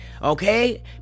Okay